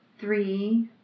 three